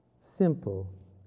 Simple